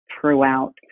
throughout